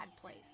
place